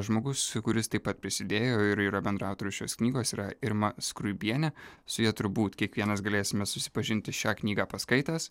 žmogus kuris taip pat prisidėjo ir yra bendraautorius šios knygos yra irma skruibienė su ja turbūt kiekvienas galėsime susipažinti šią knygą paskaitęs